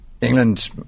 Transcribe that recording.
England